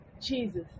jesus